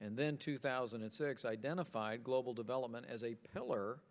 and then two thousand and six identified global development as a pill